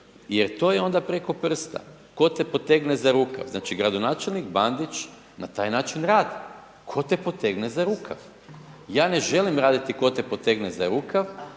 jer to je onda preko prsta, tko te potegne za rukav, znači gradonačelnik Bandić na taj način radi. Ja ne želim raditi tko te potegne za rukav,